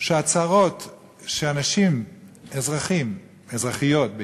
ואמרו שהצרות שאזרחים, אזרחיות בעיקר,